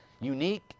unique